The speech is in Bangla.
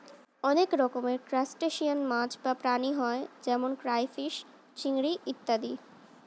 অনেক রকমের ক্রাস্টেশিয়ান মাছ বা প্রাণী হয় যেমন ক্রাইফিস, চিংড়ি ইত্যাদি